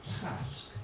task